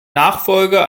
nachfolger